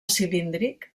cilíndric